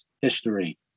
history